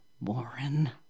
Warren